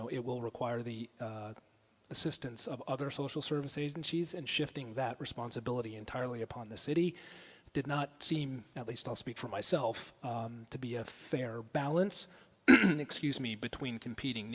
know it will require the assistance of other social service agencies and shifting that responsibility entirely upon the city did not seem at least i'll speak for myself to be a fair balance excuse me between competing